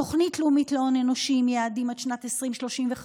תוכנית לאומית להון אנושי עם יעדים עד שנת 2035,